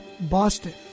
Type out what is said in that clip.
Boston